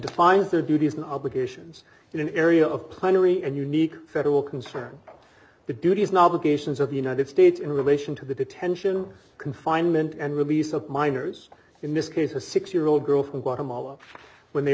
defines their duties and obligations in an area of plenary and unique federal concern the duties and obligations of the united states in relation to the detention confinement and release of minors in this case a six year old girl from guatemala when they